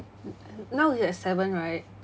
now is at seven right